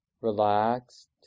relaxed